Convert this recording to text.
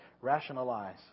rationalize